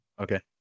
Okay